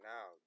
Now